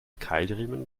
keilriemen